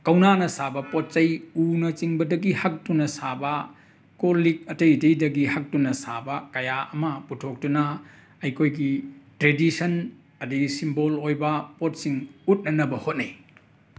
ꯀꯧꯅꯥꯅ ꯁꯥꯕ ꯄꯣꯠ ꯆꯩ ꯎꯅꯆꯤꯡꯕꯗꯒꯤ ꯍꯛꯇꯨꯅ ꯁꯥꯕ ꯀꯣꯜ ꯂꯤꯛ ꯑꯇꯩ ꯑꯇꯩꯗꯒꯤ ꯍꯛꯇꯨꯅ ꯁꯥꯕ ꯀꯌꯥ ꯑꯃ ꯄꯨꯊꯣꯛꯇꯨꯅ ꯑꯩꯈꯣꯏꯒꯤ ꯇ꯭ꯔꯦꯗꯤꯁꯟ ꯑꯗꯩ ꯁꯤꯝꯕꯣꯜ ꯑꯣꯏꯕ ꯄꯣꯠꯁꯤꯡ ꯎꯠꯅꯅꯕ ꯍꯣꯠꯅꯩ